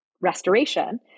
restoration –